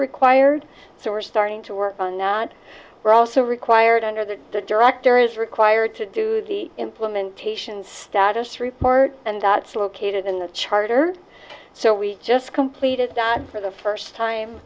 required so we're starting to work on not we're also required under the the director is required to do the implementation status report and that's located in the charter so we just completed not for the first time